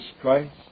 Christ